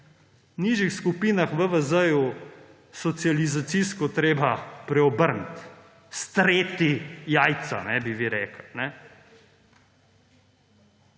nižjih skupinah VVZ treba socializacijsko preobrniti, streti jajca, bi vi rekli.